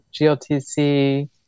GLTC